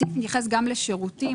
הסעיף מתייחס גם לשירותים.